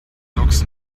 looks